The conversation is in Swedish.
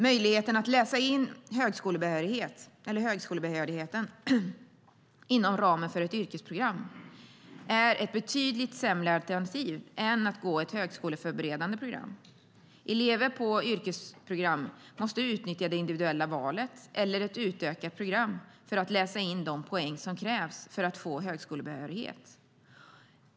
Möjligheten att läsa in högskolebehörigheten inom ramen för ett yrkesprogram är ett betydligt sämre alternativ än att gå ett högskoleförberedande program. Elever på yrkesprogram måste utnyttja det individuella valet eller ett utökat program för att läsa in de poäng som krävs för att få högskolebehörighet.